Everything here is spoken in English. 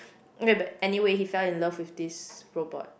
anyway he fell in love with this robot